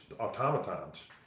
automatons